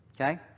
Okay